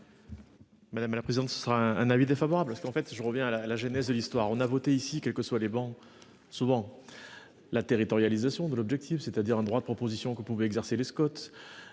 Madame la présidente. Ce sera un avis défavorable, parce qu'en fait si je reviens à la à la jeunesse de l'histoire, on a voté ici, quelles que soient les bancs souvent. La territorialisation de l'objectif, c'est-à-dire un droit de propositions que pouvait exercer Scott